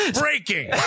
Breaking